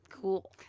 cool